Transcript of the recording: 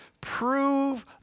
prove